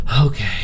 okay